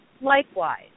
Likewise